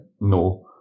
no